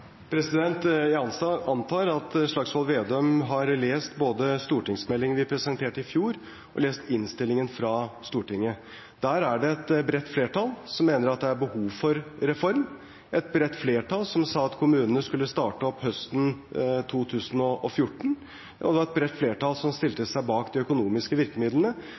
Jeg antar at Slagsvold Vedum har lest både stortingsmeldingen vi presenterte i fjor, og innstillingen fra Stortinget. Der er det et bredt flertall som mener at det er behov for reform. Det var et bredt flertall som sa at kommunene skulle starte opp høsten 2014, det var et bredt flertall som stilte seg bak de økonomiske virkemidlene,